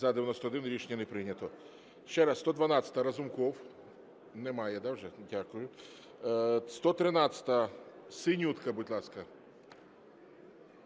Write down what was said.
За-91 Рішення не прийнято. Ще раз, 112-а, Разумков. Немає, да, вже? Дякую. 113-а. Синютка, будь ласка.